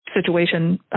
situation